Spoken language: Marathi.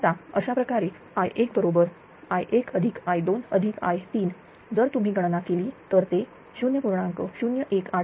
आता अशा प्रकारे I1 बरोबर i1 i2 i3 जर तुम्ही गणना केली तर ते 0